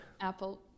apple